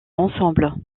ensemble